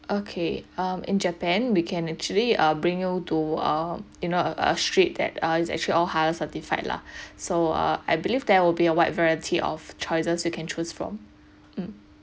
okay um in japan we can actually uh bring you to um you know a a street that err it's actually of highest satisfied lah so uh I believe there will be a wide variety of choices you can choose from mm